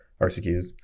rcqs